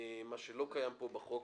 מה שלא קיים פה בחוק.